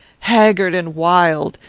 haggard and wild!